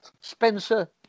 Spencer